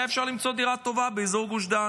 אפשר היה למצוא דירה באזור גוש דן,